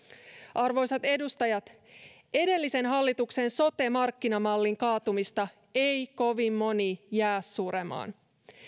arvoisat edustajat edellisen hallituksen sote markkinamallin kaatumista ei kovin moni jää suremaan